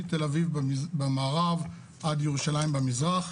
מתל אביב במערב עד ירושלים במזרח,